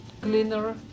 cleaner